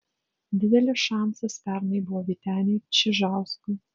didelis šansas pernai buvo vyteniui čižauskui